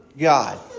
God